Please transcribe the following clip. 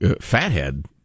fathead